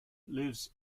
lives